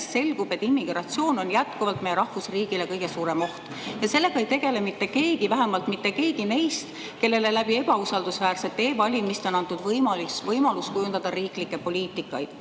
selgub, et immigratsioon on jätkuvalt meie rahvusriigile kõige suurem oht. Ja sellega ei tegele mitte keegi, vähemalt mitte keegi neist, kellele pärast ebausaldusväärseid e-valimisi on antud võimalus kujundada riigi